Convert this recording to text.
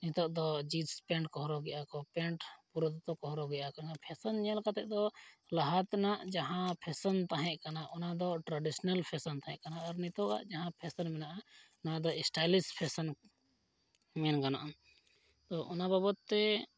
ᱱᱤᱛᱳᱜ ᱫᱚ jeans pant ᱠᱚ ᱦᱚᱨᱚᱜ ᱮᱫᱟ ᱠᱚ ᱯᱮᱱᱴ ᱯᱩᱨᱟᱹ ᱫᱚᱛᱚ ᱠᱚ ᱦᱚᱨᱚᱜ ᱮᱫᱟ ᱠᱚ ᱚᱱᱟ ᱯᱷᱮᱥᱮᱱ ᱧᱮᱞ ᱠᱟᱛᱮᱫ ᱫᱚ ᱞᱟᱦᱟ ᱛᱮᱱᱟᱜ ᱡᱟᱦᱟᱸ ᱯᱷᱮᱥᱮᱱ ᱛᱟᱦᱮᱸ ᱠᱟᱱᱟ ᱚᱱᱟᱫᱚ ᱴᱨᱟᱰᱤᱥᱳᱱᱟᱞ ᱯᱷᱮᱥᱮᱱ ᱛᱟᱦᱮᱸ ᱠᱟᱱᱟ ᱟᱨ ᱱᱤᱛᱳᱜᱟᱜ ᱡᱟᱦᱟᱸ ᱯᱷᱮᱥᱮᱱ ᱢᱮᱱᱟᱜᱼᱟ ᱚᱱᱟᱫᱚ ᱥᱴᱟᱭᱤᱞᱤᱥ ᱯᱷᱮᱥᱮᱱ ᱢᱮᱱ ᱜᱟᱱᱚᱜᱼᱟ ᱟᱫᱚ ᱚᱱᱟ ᱵᱟᱵᱚᱫᱼᱛᱮ